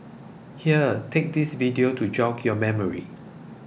here take this video to jog your memory